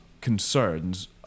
concerns